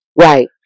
Right